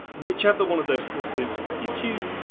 whichever one of those courses you choose,